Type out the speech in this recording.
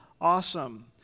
awesome